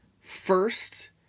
first